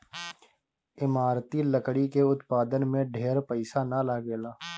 इमारती लकड़ी के उत्पादन में ढेर पईसा ना लगेला